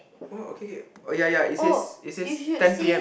oh okay okay oh ya ya it says it says ten P_M